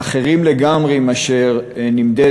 אחרים לגמרי מהמושגים